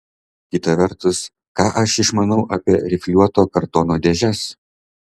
kita vertus ką aš išmanau apie rifliuoto kartono dėžes